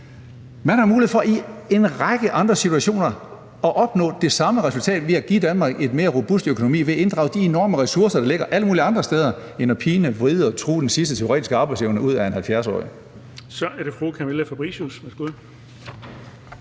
Man har mulighed for i en række andre situationer at opnå det samme resultat ved at give Danmark en mere robust økonomi ved at inddrage de enorme ressourcer, der ligger alle mulige andre steder, end ved at pine, vride og true den sidste teoretiske arbejdsevne ud af en 70-årig.